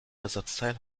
ersatzteil